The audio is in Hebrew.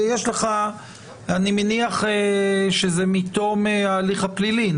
אני מניח שזה שבע שנים מתום ההליך הפלילי.